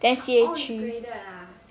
orh it's graded ah